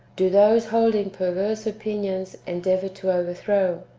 do those holding perverse opinions endeavour to overthrow,